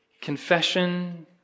confession